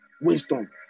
Wisdom